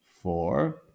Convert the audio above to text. four